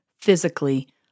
physically